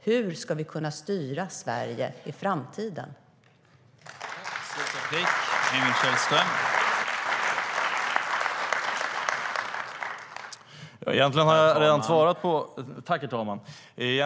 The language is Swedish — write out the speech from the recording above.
Hur ska vi kunna styra Sverige i framtiden?